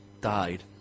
died